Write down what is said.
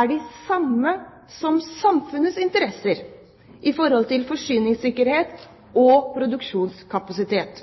er de samme som samfunnets interesser når det gjelder forsyningssikkerhet og produksjonskapasitet.